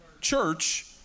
church